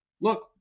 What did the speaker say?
look